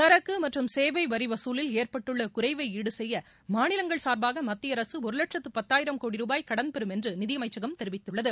சரக்கு மற்றும் சேவை வரி வசூலில் ஏற்பட்டுள்ள குறைவை ஈடுசெய்ய மாநிலங்கள் சார்பாக மத்திய அரசு ஒரு வட்சத்து பத்தாயிரம் கோடி ரூபாய் கடன் பெறும் என்று நிதி அமைச்சகம் தெரிவித்துள்ளது